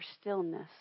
stillness